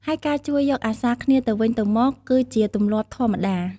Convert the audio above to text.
ហើយការជួយយកអាសាគ្នាទៅវិញទៅមកគឺជាទម្លាប់ធម្មតា។